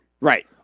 Right